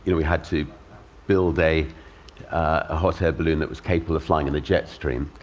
and we had to build a ah hot air balloon that was capable of flying in the jet stream,